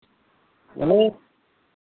ᱦᱮᱸ